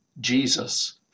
Jesus